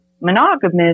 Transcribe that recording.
Monogamous